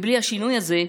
כי בלי השינוי הזה,